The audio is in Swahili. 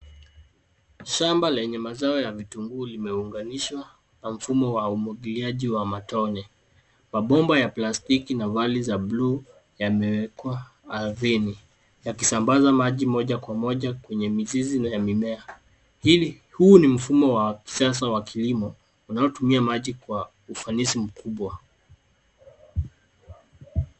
Shamba lenye mazao ya vitunguu limeunganishwa kwa mfumo wa umwagiliaji wa matone. Mabomba ya plastiki na vali ya blue yameekwa ardhini yakisambaza maji moja kwa moja kwenye mizizi ya mimea. Huu ni mfumo wa kisasa ya kilimo unaotumia maji kwa ufanisi mkubwa.